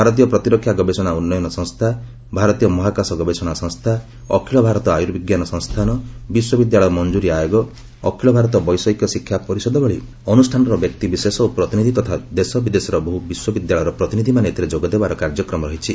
ଭାରତୀୟ ପ୍ରତିରକ୍ଷା ଗବେଷଣା ଉନ୍ନୟନ ସଂସ୍ଥା ଭାରତୀୟ ମହାକାଶ ଗବେଷଣା ସଂସ୍ଥା ଅଖିଳ ଭାରତ ଆୟୁର୍ବିଜ୍ଞାନ ସଂସ୍ଥାନ ବିଶ୍ୱବିଦ୍ୟାଳୟ ମଂକୁରୀ ଆୟୋଗ ଅଖିଳ ଭାରତ ବୈଷୟିକ ଶିକ୍ଷା ପରିଷଦ ଭଳି ପ୍ରତିଷ୍ଠିତ ଅନୁଷ୍ଠାନର ବ୍ୟକ୍ତିବିଶେଷ ଓ ପ୍ରତିନିଧି ତଥା ଦେଶବିଦେଶର ବହୁ ବିଶ୍ୱବିଦ୍ୟାଳୟର ପ୍ରତିନିଧିମାନେ ଏଥିରେ ଯୋଗଦେବାର କାର୍ଯ୍ୟକ୍ରମ ରହିଛି